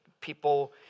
people